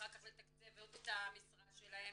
אחר כך לתקצב את המשרה שלהם,